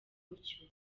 mucyo